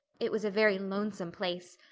it was a very lonesome place.